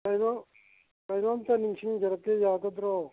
ꯀꯩꯅꯣ ꯀꯩꯅꯣꯝꯇ ꯅꯤꯡꯁꯤꯡꯖꯔꯛꯀꯦ ꯌꯥꯒꯗ꯭ꯔꯣ